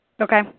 Okay